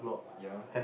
ya